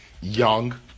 young